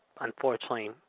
unfortunately